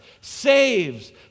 saves